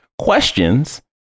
questions